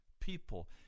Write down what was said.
people